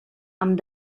amb